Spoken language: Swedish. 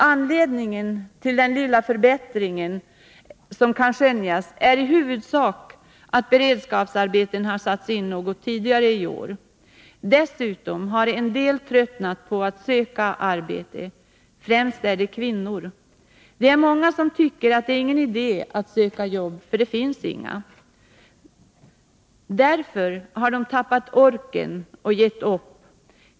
Anledningen till den lilla förbättring som kan skönjas är i huvudsak att beredskapsarbeten har satts in något tidigare i år. Dessutom har en del tröttnat på att söka arbete, främst kvinnor. Det är många som tycker att det inte är någon idé att söka jobb, eftersom det inte finns några. Därför har de tappat orken och gett upp.